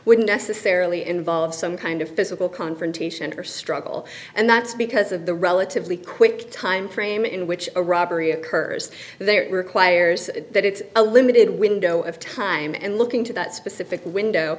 wouldn't necessarily involve some kind of physical confrontation or struggle and that's because of the relatively quick time frame in which a robbery occurs there requires that it's a limited window of time and looking to that specific window